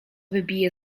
wybiję